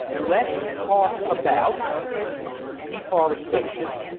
let's talk about deforestation,